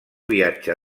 viatge